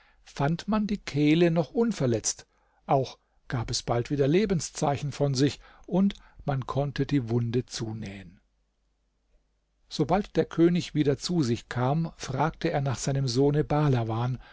fand man die kehle noch unverletzt auch gab es bald wieder lebenszeichen von sich und man konnte die wunde zunähen sobald der könig wieder zu sich kam fragte er nach seinem sohne